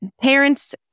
parents